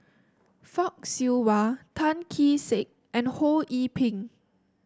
Fock Siew Wah Tan Kee Sek and Ho Yee Ping